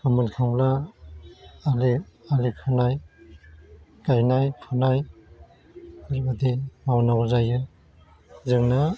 फोमोन खांना आलि आलि खोनाय गायनाय फुनाय बेबादि मावनांगौ जायो जोंना